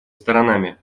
сторонами